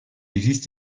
existe